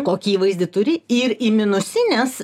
kokį įvaizdį turi ir į minusinės